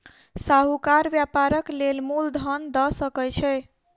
साहूकार व्यापारक लेल मूल धन दअ सकै छै